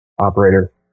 operator